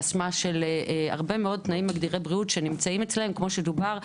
זו אשמה של הרבה מאוד תנאים מגדירי בריאות שנמצאים אצלם כמו שדובר,